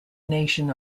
nation